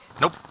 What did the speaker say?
Nope